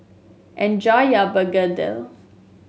enjoy your begedil